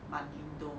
Malindo